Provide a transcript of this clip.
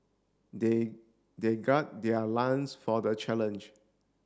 they they gird their lions for the challenge